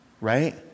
right